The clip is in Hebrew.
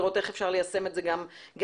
לראות איך אפשר ליישם את זה גם אצלם,